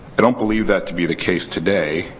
i don't believe that to be the case today.